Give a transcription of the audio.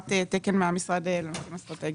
והעברת תקן מהמשרד לנושאים אסטרטגיים.